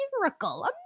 miracle